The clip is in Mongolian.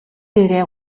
дээрээ